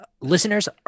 Listeners